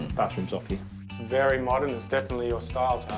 bathroom is off here. it's very modern. it's definitely your style,